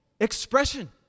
expression